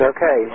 Okay